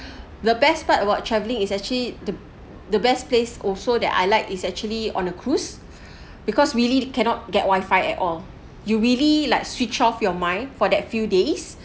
the best part about travelling is actually the the best place also that I like is actually on a cruise because really cannot get wifi at all you really like switch off your mind for that few days